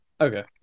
Okay